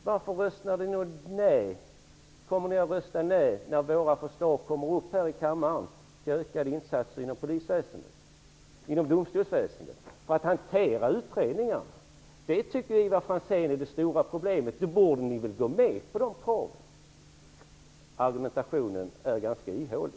Varför kommer ni då att rösta nej när våra förslag till ökade insatser för hantering av utredningarna inom domstolsväsendet läggs fram här i kammaren? Ivar Franzén tycker ju att hanteringen är det stora problemet. Då borde ni väl gå med på våra krav? Argumentationen är ganska ihålig.